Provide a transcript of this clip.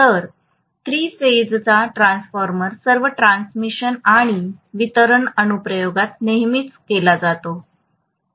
तर थ्री फेजचा वापर सर्व ट्रान्समिशन आणि वितरण अनुप्रयोगात नेहमीच केला जातो